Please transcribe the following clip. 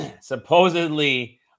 supposedly